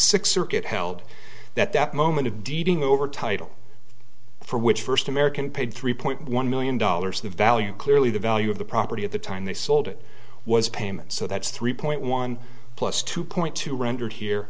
six circuit held that that moment of deeding over title for which first american paid three point one million dollars the value clearly the value of the property at the time they sold it was payment so that's three point one plus two point two rendered here